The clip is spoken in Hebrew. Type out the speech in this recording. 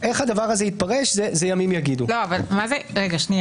מה עוד שגם המסמך שקיבלנו מדבר בעד עצמו ואני גם מזכירה שמי